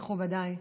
מכובדיי,